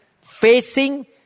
facing